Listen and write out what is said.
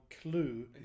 clue